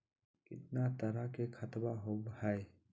कितना तरह के खातवा होव हई?